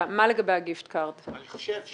אני באתי ואמרתי: בואו נלך על 1%,